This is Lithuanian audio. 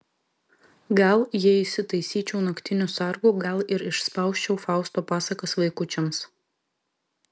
gal jei įsitaisyčiau naktiniu sargu gal ir išspausčiau fausto pasakas vaikučiams